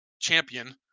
champion